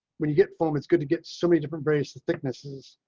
when you get form, it's good to get so many different various and thicknesses.